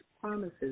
promises